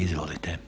Izvolite.